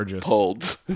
pulled